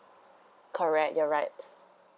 correct you're right